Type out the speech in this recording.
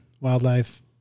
wildlife